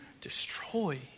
destroy